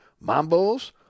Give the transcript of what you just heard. Mambo's